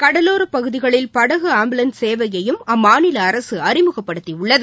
கடலோரப் பகுதிகளில் படகு ஆம்புலள்ஸ் சேவையையும் அம்மாநில அரசு அறிமுகப்படுத்தியுள்ளது